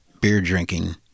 beer-drinking